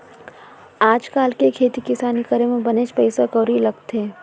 आज काल के खेती किसानी करे म बनेच पइसा कउड़ी लगथे